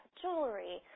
.jewelry